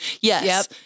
Yes